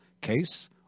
case